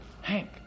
Hank